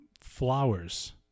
flowers